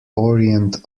orient